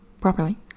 properly